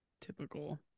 typical